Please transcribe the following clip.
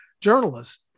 journalists